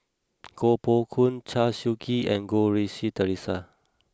Koh Poh Koon Chew Swee Kee and Goh Rui Si Theresa